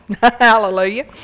Hallelujah